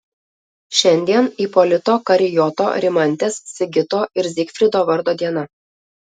šiandien ipolito karijoto rimantės sigito ir zygfrido vardo diena